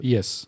Yes